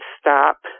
stop